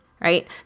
right